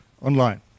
online